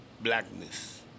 blackness